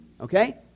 okay